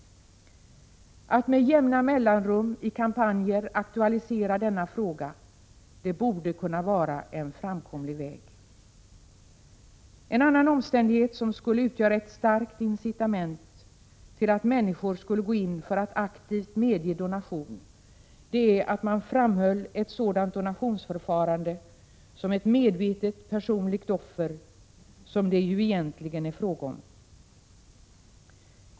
Att med jämna mellanrum i kampanjer aktualisera denna fråga borde kunna vara en framkomlig väg. En annan omständighet, som skulle utgöra ett starkt incitament till att människor skulle gå in för att aktivt medge donation, är att man framhöll ett sådant donationsförfarande som ett medvetet personligt offer, som det ju egentligen är fråga om.